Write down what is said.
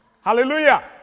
Hallelujah